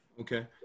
Okay